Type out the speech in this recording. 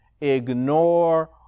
ignore